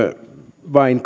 vain